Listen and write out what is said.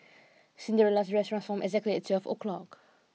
Cinderella's dress transformed exactly at twelve o'clock